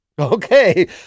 Okay